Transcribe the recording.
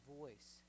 voice